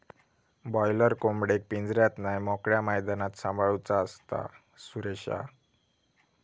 boiler कोंबडेक पिंजऱ्यात नाय मोकळ्या मैदानात सांभाळूचा असता, सुरेशा